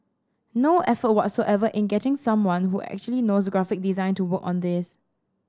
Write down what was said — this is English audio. no effort whatsoever in getting someone who actually knows graphic design to work on this